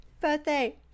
Birthday